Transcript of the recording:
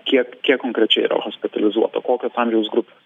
kiek kiek konkrečiai yra hospitalizuota kokios amžiaus grupės